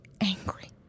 angry